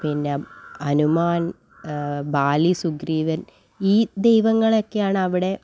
പിന്നെ ഹനുമാൻ ബാലി സുഗ്രീവൻ ഈ ദൈവങ്ങളൊക്കെയാണവിടെ